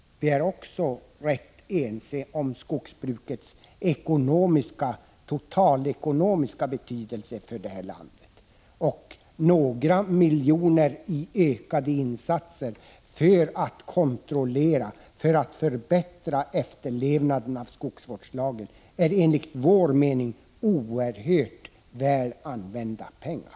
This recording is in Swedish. Vi är också rätt ense om skogsbrukets totalekonomiska betydelse för landet. Några miljoner i ökade insatser för att förbättra och kontrollera efterlevnaden av skogsvårdslagen är enligt vår mening oerhört väl använda pengar.